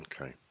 Okay